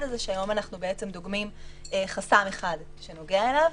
הזה שהיום אנחנו בעצם דוגמים חסם אחד שנוגע אליו.